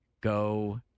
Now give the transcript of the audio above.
Go